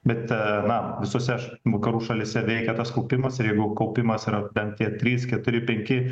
bet na visose š vakarų šalyse veikia tas kaupimas ir jeigu kaupimas yra bent tie trys keturi penki